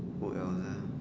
hold on uh